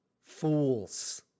fools